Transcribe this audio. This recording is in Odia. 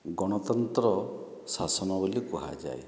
ଗଣତନ୍ତ୍ର ଶାସନ ବୋଲି କୁହାଯାଏ